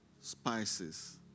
spices